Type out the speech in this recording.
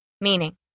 Meaning